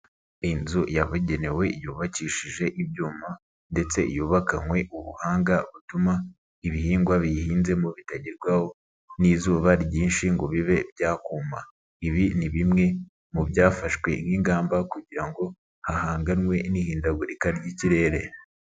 Inzu yabugenewe yubakishije ibyuma ndetse yubakanywe ubuhanga butuma ibihingwa biyihinzemo bitakagerwaho n'izuba ryinshi ngo bibe byakuma, ibi ni bimwe mu byafashwe nk'ingamba kugira ngo hahanganwe n'ihindagurika ry'ikirere.